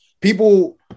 People